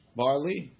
barley